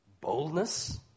Boldness